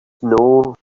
know